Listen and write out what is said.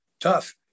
tough